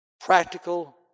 practical